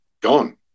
gone